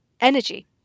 energy